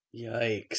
Yikes